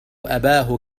أباه